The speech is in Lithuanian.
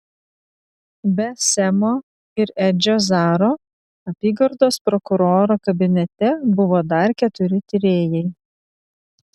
be semo ir edžio zaro apygardos prokuroro kabinete buvo dar keturi tyrėjai